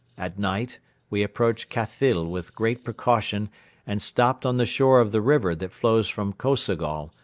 at night we approached khathyl with great precaution and stopped on the shore of the river that flows from kosogol,